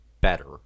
better